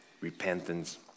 repentance